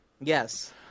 yes